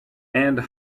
and